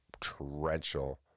torrential